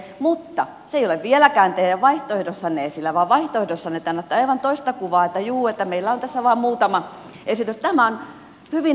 mutta se ei ole vieläkään teidän vaihtoehdossanne esillä vaan vaihtoehdossanne te annatte aivan toista kuvaa että juu meillä on tässä vain muutama esitys